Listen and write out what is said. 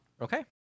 Okay